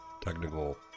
technical